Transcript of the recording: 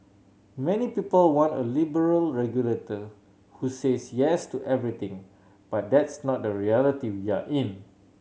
many people want a liberal regulator who says Yes to everything but that's not the reality we are in